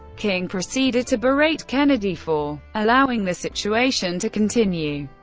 king proceeded to berate kennedy for allowing the situation to continue.